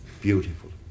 beautiful